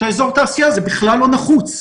שאזור התעשייה הזה בכלל לא נחוץ,